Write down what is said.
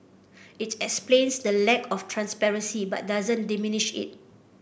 it explains the lack of transparency but doesn't diminish it